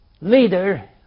leader